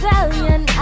Italian